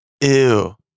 Ew